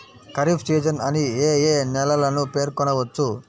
Kharif season అని ఏ ఏ నెలలను పేర్కొనవచ్చు?